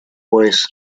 pues